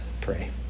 pray